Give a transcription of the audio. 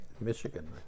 Michigan